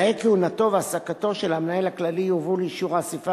תנאי כהונתו והעסקתו של המנהל הכללי יובאו לאישור האספה